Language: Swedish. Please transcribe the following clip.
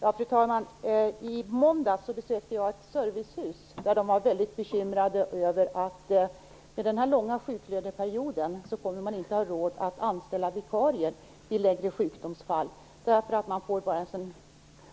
Fru talman! I måndags besökte jag ett servicehus där de var mycket bekymrade över att de inte, med den här långa sjuklöneperioden, kommer att ha råd att anställa vikarier vid längre sjukdomsfall, därför att de